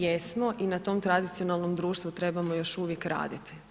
Jesmo, i na tom tradicionalnom društvu trebamo još uvijek raditi.